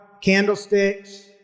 candlesticks